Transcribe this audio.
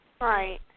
Right